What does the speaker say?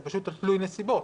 זה פשוט תלוי נסיבות.